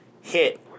hit